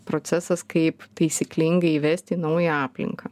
procesas kaip taisyklingai įvesti į naują aplinką